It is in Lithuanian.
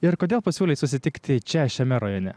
ir kodėl pasiūlei susitikti čia šiame rajone